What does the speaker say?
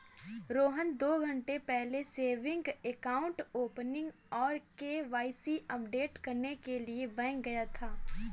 रोहन दो घन्टे पहले सेविंग अकाउंट ओपनिंग और के.वाई.सी अपडेट करने के लिए बैंक गया था